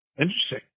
Interesting